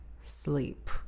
sleep